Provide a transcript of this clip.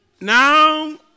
now